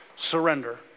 Surrender